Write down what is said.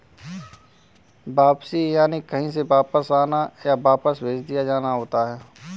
वापसी यानि कहीं से वापस आना, या वापस भेज दिया जाना होता है